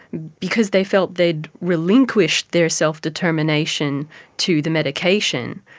because they felt they had relinquished their self-determination to the medication,